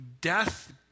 Death